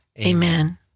Amen